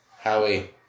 Howie